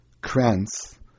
Kranz